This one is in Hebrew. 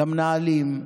למנהלים,